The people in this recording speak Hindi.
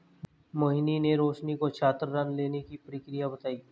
मोहिनी ने रोशनी को छात्र ऋण लेने की प्रक्रिया बताई